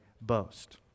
boast